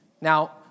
Now